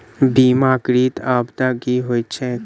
बीमाकृत आपदा की होइत छैक?